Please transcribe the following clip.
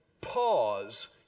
pause